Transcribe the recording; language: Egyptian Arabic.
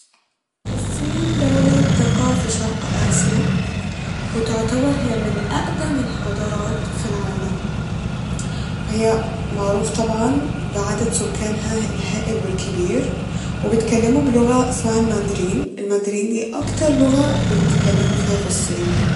الصين دولة بتقع ف شرق آسيا وتعتبر هي من أأدم الحضارات ف العالم وهي معروف طبعا بعدد سكانها الهائل والكبير وبيتكلمو بلغة اسمها الماندرين ، الماندرين دي أكتر لغة بيتكلمو فيها ف الصين